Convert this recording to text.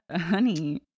Honey